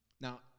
Now